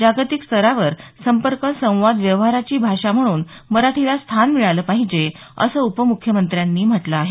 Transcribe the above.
जागतिक स्तरावर संपर्क संवाद व्यवहाराची भाषा म्हणून मराठीला स्थान मिळालं पाहिजे असं उपमुख्यमंत्र्यांनी म्हटलं आहे